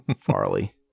Farley